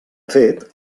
fet